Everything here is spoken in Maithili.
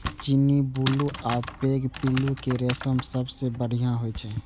चीनी, बुलू आ पैघ पिल्लू के रेशम सबसं बढ़िया होइ छै